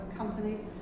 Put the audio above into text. companies